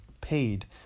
paid